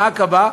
בעקבה,